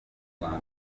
rwanda